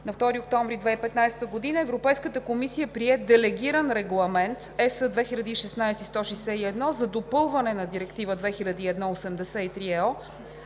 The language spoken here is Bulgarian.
На 2 октомври 2015 г. Европейската комисия прие Делегиран регламент ЕС/2016/161 за допълване на Директива 2001/83/ЕО